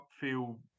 feel